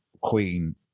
Queen